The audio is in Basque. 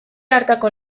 hartako